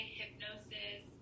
hypnosis